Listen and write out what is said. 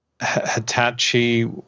Hitachi